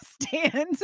stand